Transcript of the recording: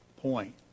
Point